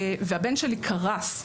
והבן שלי קרס,